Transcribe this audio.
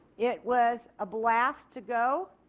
it was a blast to go.